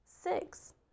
Six